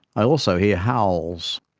i also hear howls.